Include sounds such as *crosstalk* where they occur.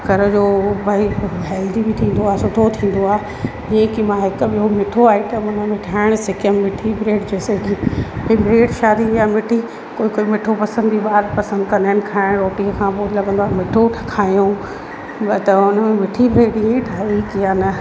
घर जो उहो भाई हेल्दी बि थींदो आहे सुठो थींदो आहे हीअं कि मां हिकु ॿियों मिठो आइटम ठाहिणु सिखियमि मिठी ब्रेड जैसे कि हीउ ब्रेड सवादु ईंदी आहे मिठी कोई कोई मिठो पसंदि बाद पसंदि कंदा आहिनि खाइण रोटी खां पोइ लॻंदो आहे कि मिठो खायूं तव्हां न मिठी ब्रेड *unintelligible*